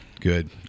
Good